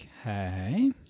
Okay